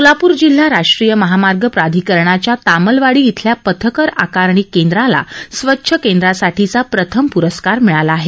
सोलापूर जिल्हा राष्ट्रीय महामार्ग प्राधिकरणाच्या तामलवाडी येथील पथकर आकारणी केंद्राला स्वच्छ केंद्रासाठीचा प्रथम पुस्स्कार मिळाला आहे